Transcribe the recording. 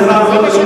אבל זה מה שקורה.